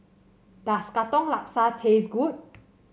does Katong Laksa taste good